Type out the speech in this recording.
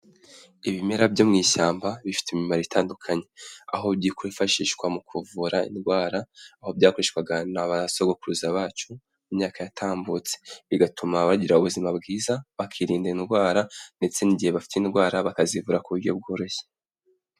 Ibimera byo mu ishyamba bifite imimaro itandukanye. Aho byifashishwa mu kuvura indwara, aho byakoreshwaga n'abasogokuruza bacu mu myaka yatambutse, bigatuma bagira ubuzima bwiza, bakirinda indwara ndetse n'igihe bafite indwara bakazivura ku buryo bworoshye.